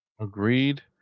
agreed